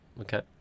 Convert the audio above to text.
Okay